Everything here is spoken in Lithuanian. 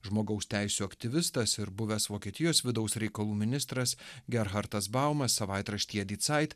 žmogaus teisių aktyvistas ir buvęs vokietijos vidaus reikalų ministras gerhardas bauma savaitraštyje di cait